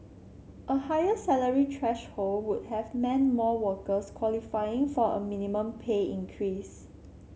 a higher salary threshold would have meant more workers qualifying for a minimum pay increase